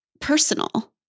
personal